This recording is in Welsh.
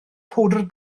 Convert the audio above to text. powdr